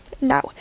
Now